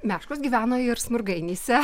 meškos gyveno ir smurgainyse